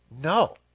No